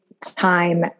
time